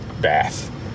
bath